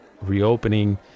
reopening